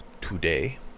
today